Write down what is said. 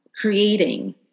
creating